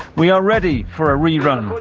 we are ready for a rerun,